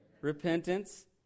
Repentance